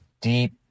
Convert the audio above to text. deep